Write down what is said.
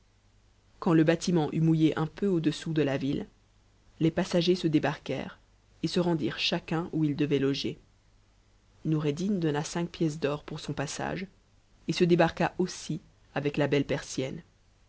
quand le bâtiment eut mouillé un peu au-dessous de la ville les passaners se débarquèrent et se rendirent chacun où ils devaient loger nourpddin donna cinq pièces d'or pour son passage et se débarqua aussi avec la belle persienne